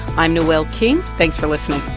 i'm noel king. thanks for listening